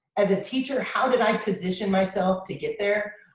as a teacher, how did i position myself to get there?